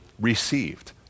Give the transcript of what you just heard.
received